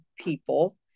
people